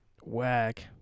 Whack